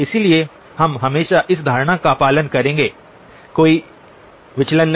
इसलिए हम हमेशा इस धारणा का पालन करेंगे कोई विचलन नहीं